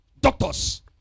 doctors